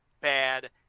bad